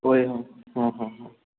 होय हो हो हो